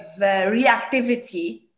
reactivity